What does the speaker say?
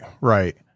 right